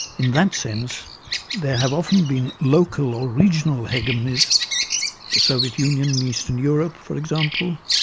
in that sense there have often been local or regional hegemonies the soviet union in eastern europe, for example,